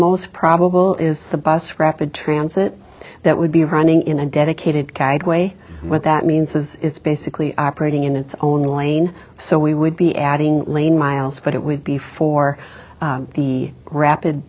most probable is the bus rapid transit that would be running in a dedicated cag way what that means is is basically operating in its own lane so we would be adding lane miles but it would be for the rapid